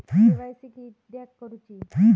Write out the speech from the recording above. KYC किदयाक करूची?